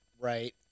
right